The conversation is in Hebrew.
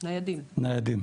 ניידים.